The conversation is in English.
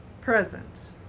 present